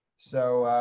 so,